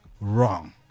wrong